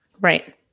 Right